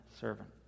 servant